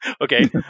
Okay